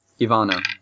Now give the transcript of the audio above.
Ivana